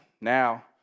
now